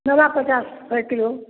ନବା ପଚାଶ ଶହେ କିଲୋ